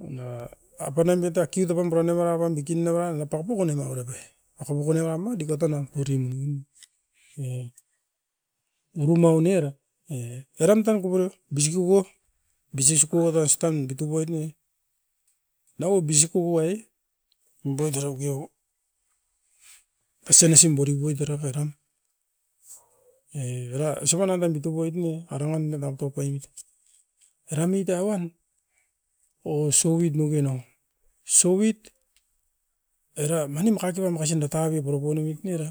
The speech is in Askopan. mana apan nan dita kiut apam barani maravan dikin navian da paupok onimara pai akomoko ni uam a diuka tana tori minium. E urumaun era, e eram tan koporio bisi kiko, bisi sukuata ostan bikuboit ne, naua bisikubu ai e, umbait era ukiau pasian isim bori boit era veram, e vera osopan nan tan bituboit ne arangan metap toupaimit. Era muit a uan o souit noke nau, souit era mani makaitoua makasin da taviu purapo nomit ne ra.